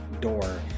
door